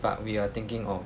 but we are thinking of